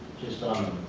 just on